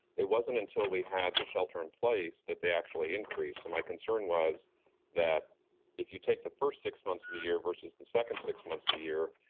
it wasn't until we had the shelter in place that they actually increased. so my concern was that if you take the first six months of the year versus the second six months of the year,